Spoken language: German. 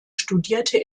studierte